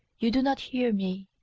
you do not hear me.